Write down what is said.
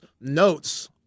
notes